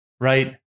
right